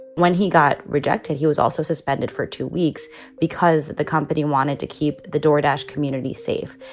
when he got rejected. he was also suspended for two weeks because the company wanted to keep the door dasch community safe.